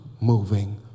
moving